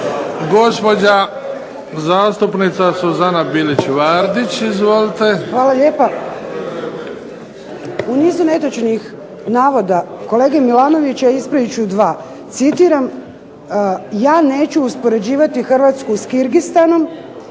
Gospođa zastupnica Suzana Bilić Vardić. Izvolite. **Bilić Vardić, Suzana (HDZ)** Hvala lijepa. U nizu netočnih navoda kolege Milanovića ispravit ću dva. Citiram: "Ja neću uspoređivati Hrvatsku sa Kirgistanom,